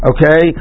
Okay